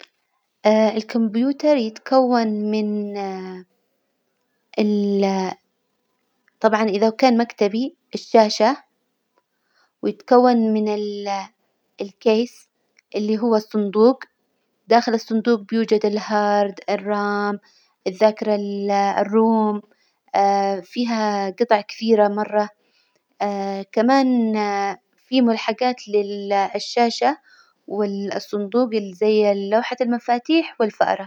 الكمبيوتر يتكون من ال- طبعا إذا كان مكتبي الشاشة، ويتكون من الكيس اللي هو الصندوج، داخل الصندوج بيوجد الهارد، الرام، الذاكرة ال- الروم فيها جطع كثيرة مرة كمان في ملحجات للشاشة، والصندوج اللي زي اللوحة المفاتيح والفأرة.